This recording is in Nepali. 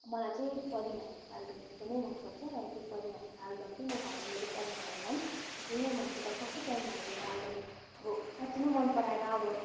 मलाई चाहिँ पदिना हालेको आलुदम एकदमै मनपर्छ र त्यो पदिना हालेको आलुदम चाहिँ म मेरो घरमा पाहुनाहरू आउँदा पनि त्यसरी नै बनाउँछु र कसै पाहुनाले मेरो आलुदम अब साँच्ची नै मन पराएर अब